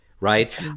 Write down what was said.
right